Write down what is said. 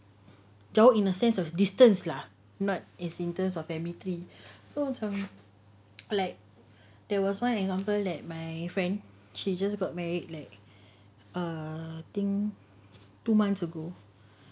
jauh in the sense of distance lah not is in terms of family tree so macam like there was one example that my friend she just got married like uh think two months ago